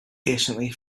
patiently